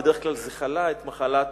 בדרך כלל הוא חלה את מחלת